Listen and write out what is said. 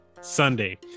Sunday